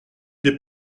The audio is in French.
des